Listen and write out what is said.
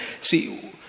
see